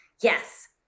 Yes